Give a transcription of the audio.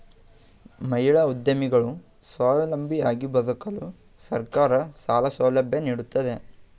ಮಹಿಳಾ ಉದ್ಯಮಿಗಳು ಸ್ವಾವಲಂಬಿಯಾಗಿ ಬದುಕಲು ಸರ್ಕಾರ ಸಾಲ ಸೌಲಭ್ಯ ನೀಡುತ್ತಿದೆ